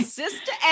sister